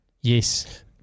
Yes